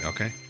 Okay